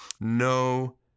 no